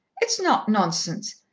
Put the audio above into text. it's not nonsense!